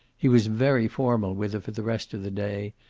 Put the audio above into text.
he was very formal with her for the rest of the day,